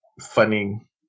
funny